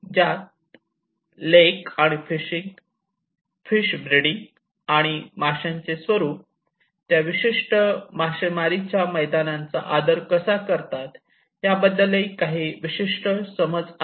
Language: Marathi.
ज्यात लेक आणि फिशिंग फिश ब्रीडिंग्ज आणि माशांचे स्वरूप त्या विशिष्ट मासेमारीच्या मैदानांचा आदर कसा करतात याबद्दल काही विशिष्ट समज आहे